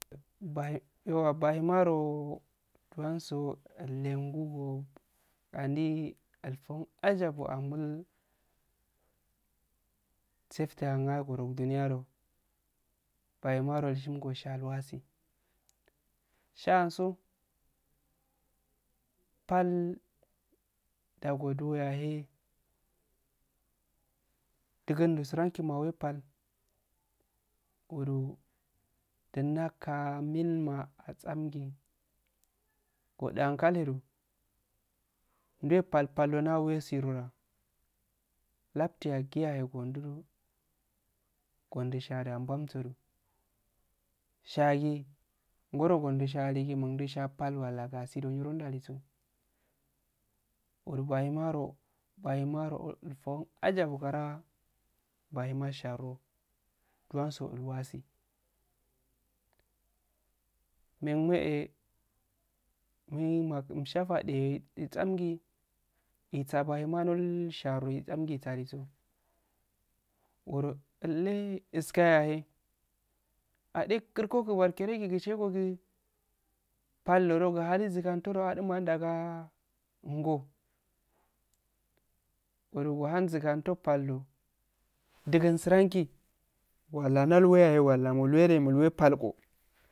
Yauwwa bahimaroww donsow innenguro ani ilfo unajabu angoro diniyo bahimaro shingo wasi shaso pal da goduya eh dusumsinyro pal nduwka mil ma asasi odu ankal he aro nduwe, pal pal na awesiro laptu wadi ya eh gondu do gondu shadagi bam shagi ngoro sandu sha aligi mundu sha pal walla gasi do niro ndaliso uru bahimaro ulfo un a jabu ngra sharro iwaji memuyeh umshafadu eh isamgi isa bahima nom shaso ngoro lle isakayo ya he ade kuro koku barkerogi gishegogi balodo ghali sigantoro aduma ndasajh go uru gohan zugantoh pal do dugen suranki walla ndalwe ya he, mul wedu muwe pal koh